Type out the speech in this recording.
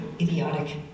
idiotic